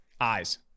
Eyes